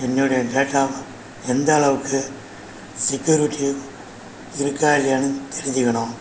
என்னுடைய டேட்டா எந்தளவுக்கு செக்யூரிட்டி இருக்கா இல்லையான்னு தெரிஞ்சுக்கணும்